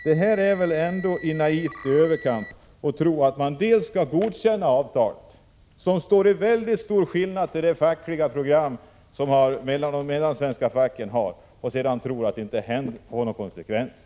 Nej, det är väl ändå naivt i överkant att tro att man skall kunna godkänna avtalet, som står i väldigt stor motsats till de mellansvenska fackens program, utan att det får några konsekvenser.